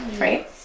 Right